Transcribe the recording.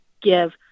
give